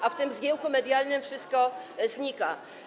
A w tym zgiełku medialnym wszystko znika.